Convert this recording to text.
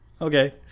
okay